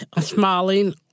smiling